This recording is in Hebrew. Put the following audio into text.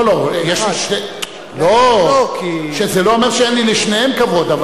לא שזה לא אומר שאין לי לשניהם כבוד.